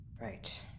Right